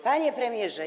Panie Premierze!